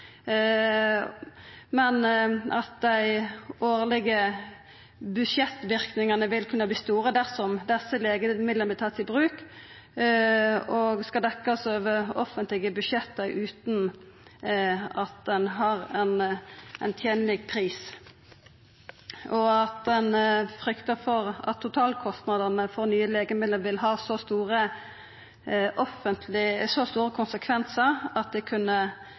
Dei årlege budsjettverknadene vil kunna verta store dersom desse legemidla vert tatt i bruk og skal verta dekte over offentlege budsjett utan at ein har ein tenleg pris, og ein fryktar for at totalkostnadene for nye legemiddel vil ha så store konsekvensar at det